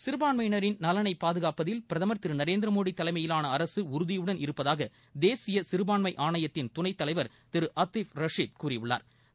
சிறுபான்மையினரின் நலனை பாதுகாப்பதில் பிரதம் திரு நரேந்திரமோடி தலைமையிலான அரசு உறுதியுடன் இருப்பதாக தேசிய சிறுபான்மை ஆணையத்தின் துணைத்தலைவா் திரு ஆர்த்தீப் ரஸீது கூறியுள்ளாா்